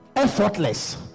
Effortless